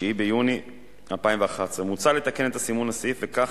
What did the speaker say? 9 ביוני 2011. מוצע לתקן את סימון הסעיף וכן